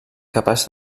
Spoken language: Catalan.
capaç